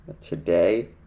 today